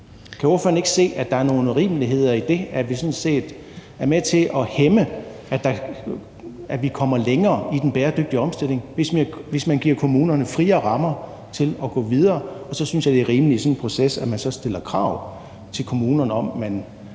Kan ordføreren ikke se, at der er nogle urimeligheder i det, altså er det sådan set er med til at hæmme, at vi kommer længere i den bæredygtige omstilling, hvis man giver kommunerne friere rammer til at gå videre? Og så synes jeg, det er rimeligt i sådan en proces, at vi så stiller krav til kommunerne om, at